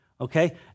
Okay